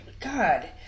God